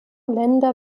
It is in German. länder